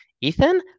Ethan